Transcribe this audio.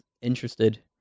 interested